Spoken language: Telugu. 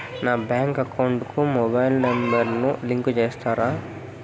నా బ్యాంకు అకౌంట్ కు మొబైల్ నెంబర్ ను లింకు చేస్తారా?